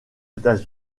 états